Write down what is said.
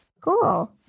Cool